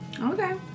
Okay